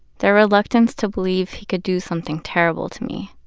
their reluctance to believe he could do something terrible to me.